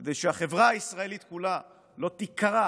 כדי שהחברה הישראלית כולה לא תיקרע